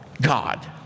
God